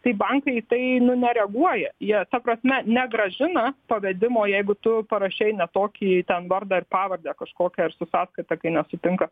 tai bankai į tai nu nereaguoja jie ta prasme negrąžina pavedimo jeigu tu parašei ne tokį ten vardą ir pavardę kažkokią ar su sąskaita kai nesutinka